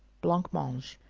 blancmange.